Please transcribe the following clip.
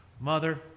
mother